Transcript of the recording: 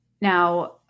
Now